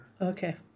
Okay